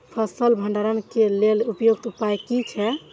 फसल भंडारण के लेल उपयुक्त उपाय कि छै?